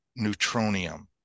neutronium